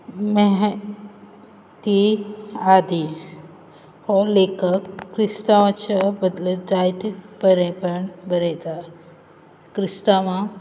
म्हगेलीं तीं आदी हो लेखक क्रिस्तांवाच्या बदला जायतें बरेंपण बरयता क्रिस्तांवाक